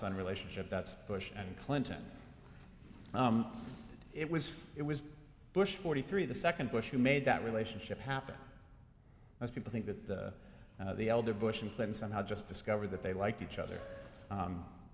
son relationship that's bush and clinton it was it was bush forty three the second bush who made that relationship happen most people think that the elder bush and clinton had just discovered that they liked each other